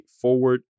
forward